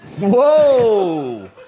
Whoa